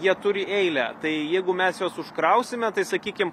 jie turi eilę tai jeigu mes juos užkrausime tai sakykim